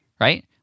right